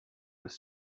was